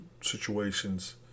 situations